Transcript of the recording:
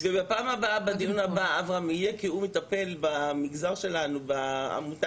ובפעם הבאה בדיון הבא אברהים יהיה כי הוא מטפל במגזר הערבי בעמותה,